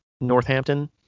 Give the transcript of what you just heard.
Northampton